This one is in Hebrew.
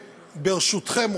ברשותכם,